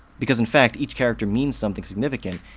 because in fact, each character means something significant,